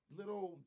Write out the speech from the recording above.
little